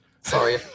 sorry